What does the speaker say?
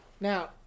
Now